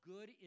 Good